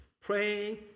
praying